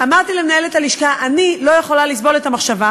אמרתי למנהלת הלשכה: אני לא יכולה לסבול את המחשבה